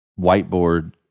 whiteboard